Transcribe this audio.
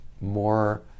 more